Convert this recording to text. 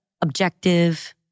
objective